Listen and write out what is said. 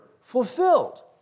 fulfilled